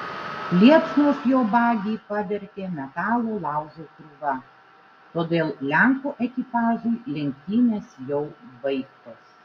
liepsnos jo bagį pavertė metalo laužo krūva todėl lenkų ekipažui lenktynės jau baigtos